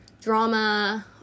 drama